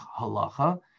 halacha